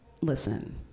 listen